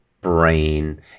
brain